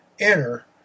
enter